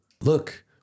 look